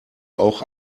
auch